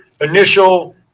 initial